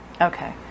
okay